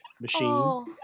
machine